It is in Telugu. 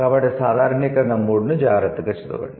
కాబట్టి సాధారణీకరణ 3 ను జాగ్రత్తగా చదవండి